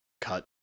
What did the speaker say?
cut